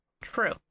True